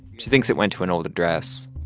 she thinks it went to an old address.